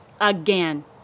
again